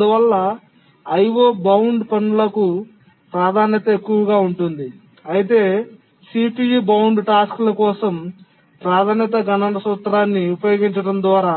అందువల్ల I O bound పనులకుIO bound tasks ప్రాధాన్యత ఎక్కువ అవుతుంది అయితే CPU బౌండ్ టాస్క్ల కోసం ప్రాధాన్యత గణన సూత్రాన్ని ఉపయోగించడం ద్వారా